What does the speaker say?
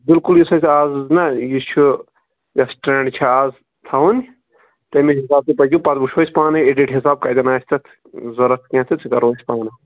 بِلکُل یُس اسہِ اَز نہ یہِ چھُ یَس ٹرٛیٚنٛڈ چھَ اَز تھاوٕنۍ تَمے حِسابہٕ تہِ پَزِ پَرُن سُہ وُچھو أسۍ پانٕے ایٚڈِٹ حِسابہٕ کَتیٚن آسہِ تَتھ ضروٗرت کیٚنٛہہ تہٕ سُہ کَرو أسۍ پانٕے